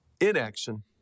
inaction